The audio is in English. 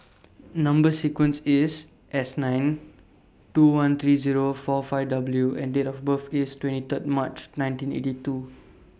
Number sequence IS S nine two one three Zero four five W and Date of birth IS twenty Third March nineteen eighty two